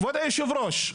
כבוד היושב-ראש,